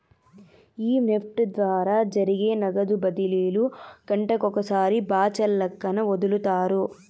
ఈ నెఫ్ట్ ద్వారా జరిగే నగదు బదిలీలు గంటకొకసారి బాచల్లక్కన ఒదులుతారు